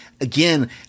Again